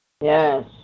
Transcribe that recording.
Yes